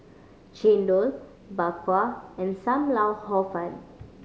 chendol Bak Kwa and Sam Lau Hor Fun